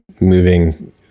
moving